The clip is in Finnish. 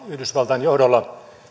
yhdysvaltain johdolla